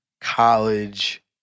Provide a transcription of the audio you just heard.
college